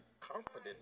confident